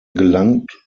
gelangt